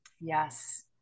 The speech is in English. Yes